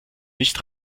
nicht